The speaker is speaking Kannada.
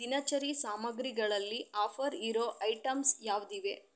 ದಿನಚರಿ ಸಾಮಗ್ರಿಗಳಲ್ಲಿ ಆಫರ್ ಇರೋ ಐಟಮ್ಸ್ ಯಾವುದಿವೆ